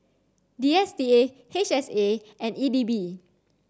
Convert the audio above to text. D S T A H S A and E D B